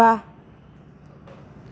बा